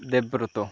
Debabrata